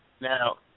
Now